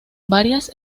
varias